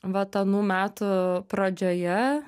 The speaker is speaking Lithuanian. vat anų metų pradžioje